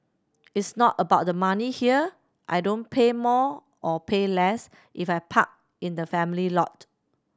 it's not about the money here I don't pay more or pay less if I park in the family lot